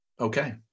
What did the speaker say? Okay